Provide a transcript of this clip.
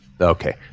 Okay